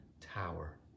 tower